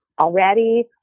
Already